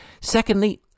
Secondly